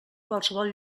qualsevol